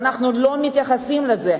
ואנחנו לא מתייחסים לזה.